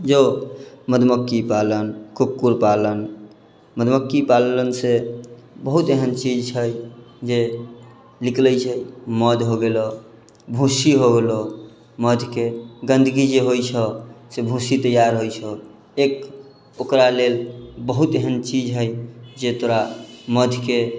जे मधुमक्खी पालन कुक्कुर पालन मधुमक्खी पालन से बहुत एहन चीज छै जे निकलै छै मधु हो गेलऽ भूस्सी हो गेलऽ मधुके गन्दगी जे होइ छै से भूस्सी तैयार होइ छऽ एक ओकरा लेल बहुत एहन चीज है जे तोरा मधुके